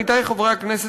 עמיתי חברי הכנסת,